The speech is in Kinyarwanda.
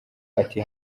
ati